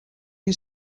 you